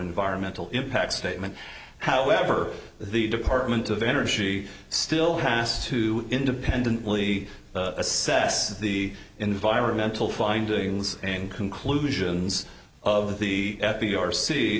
environmental impact statement however the department of energy still has to independently assess the environmental findings and conclusions of the